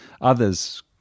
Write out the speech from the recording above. others